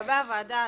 לגבי הוועדה,